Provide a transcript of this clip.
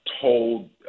told